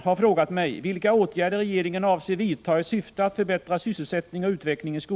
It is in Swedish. Herr talman!